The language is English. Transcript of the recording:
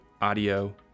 audio